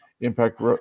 impact